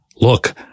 Look